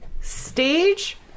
stage